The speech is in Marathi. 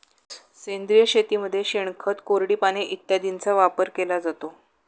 सेंद्रिय शेतीमध्ये शेणखत, कोरडी पाने इत्यादींचा वापर केला जातो